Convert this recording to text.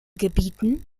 gebieten